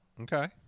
Okay